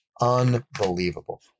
unbelievable